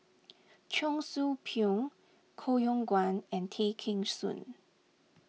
Cheong Soo Pieng Koh Yong Guan and Tay Kheng Soon